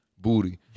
booty